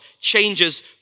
changes